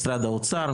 משרד האוצר,